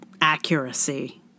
accuracy